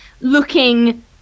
looking